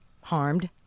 harmed